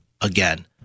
again